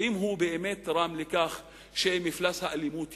האם הוא באמת תרם לכך שמפלס האלימות ירד,